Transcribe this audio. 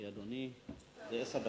אין כאן אף שר.